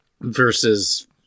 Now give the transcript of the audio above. versus